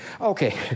Okay